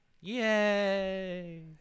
Yay